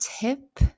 tip